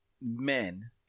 men